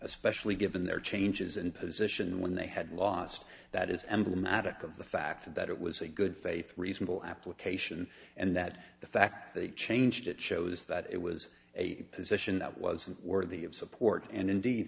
especially given their changes in position when they had lost that is emblematic of the fact that it was a good faith reasonable application and that the fact they changed it shows that it was a position that wasn't worthy of support and indeed